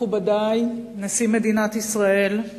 מכובדי, נשיא מדינת ישראל,